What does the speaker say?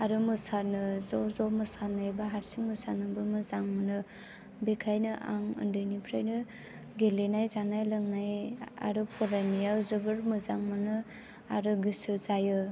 आरो मोसानो ज' ज' मोसानो एबा हारसिं मोसानोबो मोजां मोनो बेनिखायनो आं उन्दैनिफ्रायनो गेलेनाय जानाय लोंनाय आरो फरायनायाव जोबोर मोजां मोनो आरो गोसो जायो